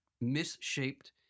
misshaped